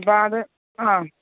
അപ്പോഴത് ആ